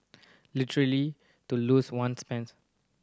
literally to lose one's pants